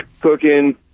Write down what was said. cooking